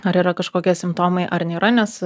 ar yra kažkokie simptomai ar nėra nes